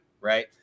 right